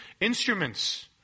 instruments